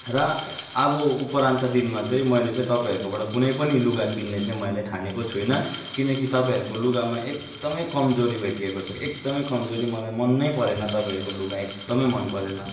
र अब उपारान्त दिनमा चाहिँ मैले चाहिँ तपाईँहरूकोबाट चाहिँ कुनै पनि लुगा किन्ने चाहिँ मैले ठानेको छुइनँ किनकि तपाईँहरूको लुगामा एकदमै कमजोरी भेटिएको छ एकदमै कमजोरी मलाई मन नै परेन तपाईँहरूको लुगा एकदमै मन परेन